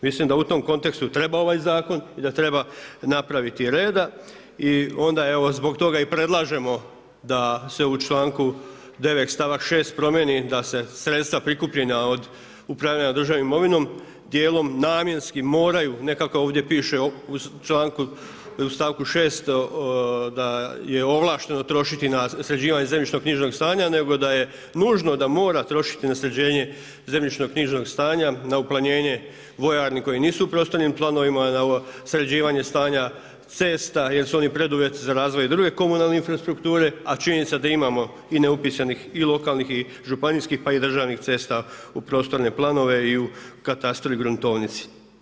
Mislim da u tom kontekstu treba ovaj zakon i da treba napraviti reda i onda zbog toga i predlažemo da se u članku 9. stavak 6. promijeni da se sredstva prikupljena od upravljanja državnom imovinom dijelom namjenski moraju ne kako ovdje piše u stavku 6. da je ovlašteno trošiti na sređivanje zemljišno knjižnog stanja nego da je nužno da mora trošiti na sređenje zemljišno knjižnog stanja na uplanjenje vojarni koje nisu u prostornim planovima, na sređivanje stanja cesta jer su oni preduvjet za razvoj druge komunalne infrastrukture, a činjenica da imamo i ne upisanih i lokalnih i županijskih pa i državnih cesta u prostorne planove i katastru i gruntovnici.